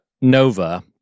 Nova